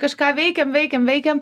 kažką veikėm veikėm veikėm